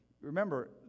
Remember